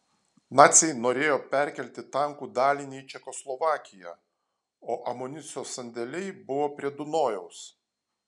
naciai norėjo perkelti tankų dalinį į čekoslovakiją o amunicijos sandėliai buvo prie dunojaus